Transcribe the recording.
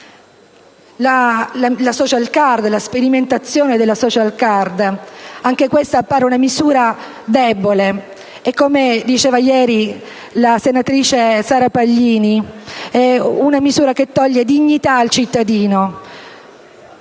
al reddito. Anche la sperimentazione della *social* *card* appare una misura debole e, come diceva ieri la senatrice Sara Paglini, è una misura che toglie dignità al cittadino.